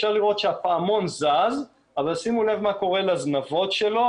אפשר לראות שהפעמון זז אבל שימו לב מה קורה לזנבות שלו,